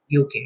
UK